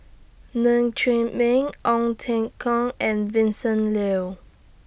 Ng Chee Meng Ong Teng Cheong and Vincent Leow